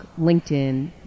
LinkedIn